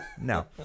No